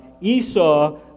Esau